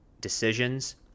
decisions